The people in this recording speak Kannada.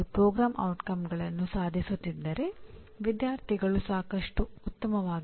ಈಗ ಔಟ್ಕಮ್ಸ್ ಅಫ್ ಲರ್ನಿಂಗ್ ಬಗ್ಗೆ ನೋಡೋಣ